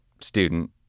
student